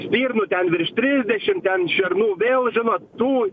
stirnų ten virš trisdešim ten šernų vėl žinot tų